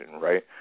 right